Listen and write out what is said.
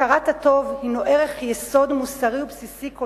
הכרת הטוב הינה ערך יסוד מוסרי ובסיסי כל